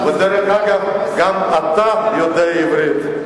דרך אגב, גם אתה יודע עברית.